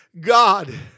God